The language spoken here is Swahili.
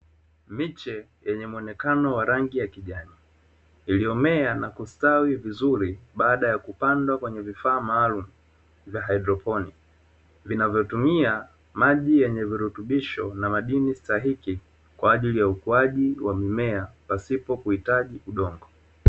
Miche yenye muonekano wa rangi ya kijani iliommea na kustawi vizuri baada ya kupandwa kwenye vifaa maalum vya hydroponiki vinavyotumia maji yenye virutubisho na madini stahiki kwa ajili ya ukuajiwa wa mimea pasipo kuhitaji udongo.